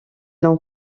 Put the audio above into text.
l’on